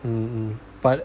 hmm but